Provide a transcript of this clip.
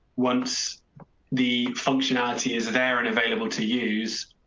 once the functionality is there and available to use.